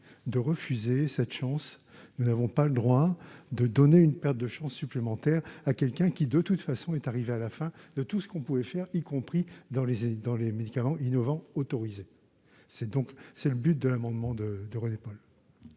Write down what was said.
de refuser cette chance, nous n'avons pas le droit de donner une perte de chances supplémentaire à quelqu'un qui, de toute façon, est arrivé à la fin de tout ce qu'on pouvait faire, y compris dans les et dans les médicaments innovants, c'est donc c'est le but de l'amendement de de pas.